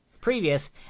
previous